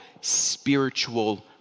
spiritual